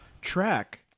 track